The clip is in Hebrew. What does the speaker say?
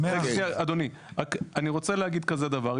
אני רוצה להגיד כזה דבר,